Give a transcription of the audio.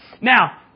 Now